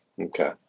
Okay